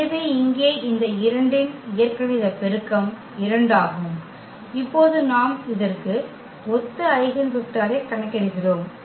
எனவே இங்கே இந்த 2 இன் இயற்கணித பெருக்கம் 2 ஆகும் இப்போது நாம் இதற்கு ஒத்த ஐகென் வெக்டரைக் கணக்கிடுகிறோம்